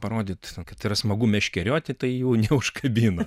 parodyt kad yra smagu meškerioti tai jų neužkabina